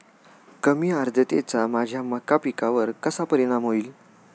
कमी आर्द्रतेचा माझ्या मका पिकावर कसा परिणाम होईल?